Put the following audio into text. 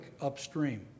upstream